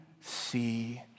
see